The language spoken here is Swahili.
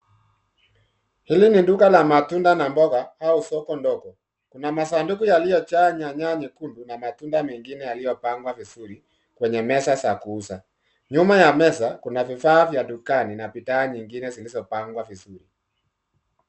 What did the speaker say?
Hili ni duka lamatunda na mboga au soko ndogo. Kuna masanduku yaliyojaa nyanya nyekundu na matunda mengine yaliyopangwa vizuri kwenye meza za kuuza. Nyuma ya meza kuna vifaa vya dukani na bidhaa nyingine zilizopangwa vizuri.